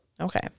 Okay